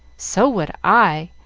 so would i!